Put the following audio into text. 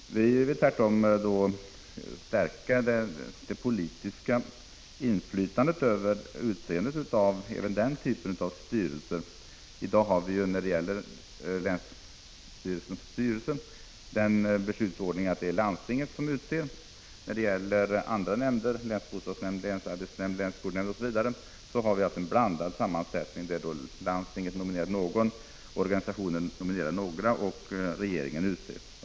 Vi vill tvärtom stärka det politiska inflytandet över utseendet av även den typen av styrelser. I dag har vi när det gäller länsstyrelsens styrelse den beslutsordningen att landstinget utser ledamöterna. När det gäller andra nämnder — länsbostadsnämnd, länsarbetsnämnd, länsskolnämnd osv. — har vi en blandad sammansättning, där landstinget nominerar någon, organisationer nominerar några och regeringen utser.